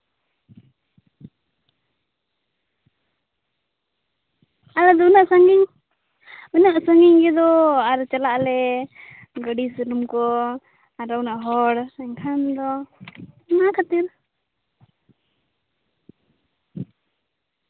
ᱟᱞᱮ ᱫᱚ ᱩᱱᱟᱹᱜ ᱥᱟᱺᱜᱤᱧ ᱩᱱᱟᱹᱜ ᱥᱟᱺᱜᱤᱧ ᱜᱮᱫᱚ ᱟᱨ ᱪᱟᱞᱟᱜ ᱟᱞᱮ ᱜᱟᱹᱰᱤ ᱥᱩᱱᱩᱢ ᱠᱚ ᱟᱨᱚ ᱩᱱᱟᱹᱜ ᱦᱚᱲ ᱮᱱᱠᱷᱟᱱ ᱫᱚ ᱚᱱᱟ ᱠᱷᱟᱹᱛᱤᱨ